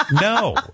no